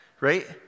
Right